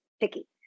picky